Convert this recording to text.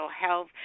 health